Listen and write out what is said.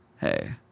hey